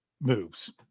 moves